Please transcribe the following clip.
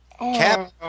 Cap